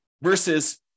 versus